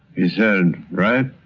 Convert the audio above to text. he said wright,